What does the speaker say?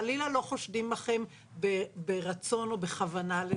חלילה לא חושבים בכם ברצון או כוונה לזהם.